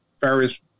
various